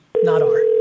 not r?